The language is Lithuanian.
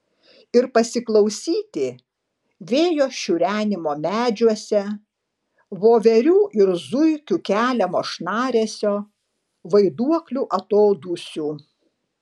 ir pasiklausyti vėjo šiurenimo medžiuose voverių ir zuikių keliamo šnaresio vaiduoklių atodūsių